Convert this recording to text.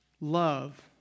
love